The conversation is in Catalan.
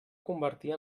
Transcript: convertir